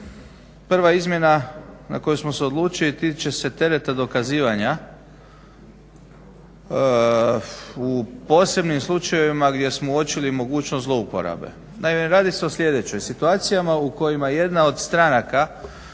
prva izmjena na koju smo se odlučili tiče se tereta dokazivanja. U posebnim slučajevima gdje smo uočili mogućnost zlouporabe. Naime, radi se o sljedećem. Situacijama u kojima jedna od stranaka